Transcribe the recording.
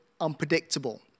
unpredictable